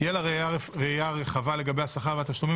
תהיה לה ראייה רחבה לגבי השכר והתשלומים